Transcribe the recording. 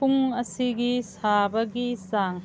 ꯄꯨꯡ ꯑꯁꯤꯒꯤ ꯁꯥꯕꯒꯤ ꯆꯥꯡ